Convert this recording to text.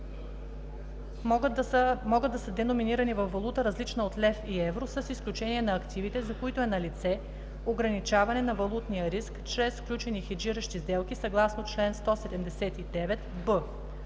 могат да са деноминирани във валута, различна от лев и евро, с изключение на активите, за които е налице ограничаване на валутния риск чрез сключени хеджиращи сделки съгласно чл. 179б.